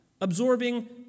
Absorbing